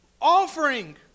offering